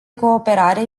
cooperare